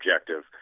objective